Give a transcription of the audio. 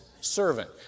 servant